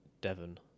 devon